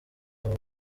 abo